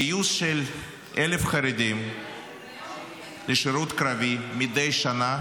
גיוס של 1,000 חרדים לשירות קרבי מדי שנה